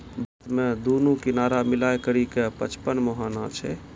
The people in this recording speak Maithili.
भारतो मे दुनू किनारा मिलाय करि के पचपन मुहाना छै